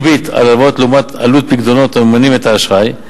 ריבית על הלוואות לעומת עלות פיקדונות המממנים את האשראי,